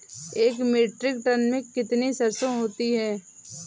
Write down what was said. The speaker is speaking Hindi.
एक मीट्रिक टन में कितनी सरसों होती है?